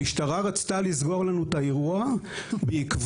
המשטרה רצתה לסגור לנו את האירוע בעקבות